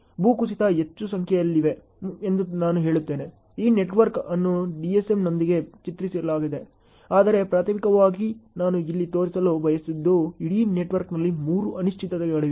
ಭೂಕುಸಿತಗಳು ಹೆಚ್ಚು ಸಂಖ್ಯೆಯಲ್ಲಿವೆ ಎಂದು ನಾನು ಹೇಳುತ್ತೇನೆ ಈ ನೆಟ್ವರ್ಕ್ ಅನ್ನು DSMನೊಂದಿಗೆ ಚಿತ್ರಿಸಲಾಗಿದೆ ಆದರೆ ಪ್ರಾಥಮಿಕವಾಗಿ ನಾನು ಇಲ್ಲಿ ತೋರಿಸಲು ಬಯಸಿದ್ದು ಇಡೀ ನೆಟ್ವರ್ಕ್ನಲ್ಲಿ ಮೂರು ಅನಿಶ್ಚಿತತೆಗಳಿವೆ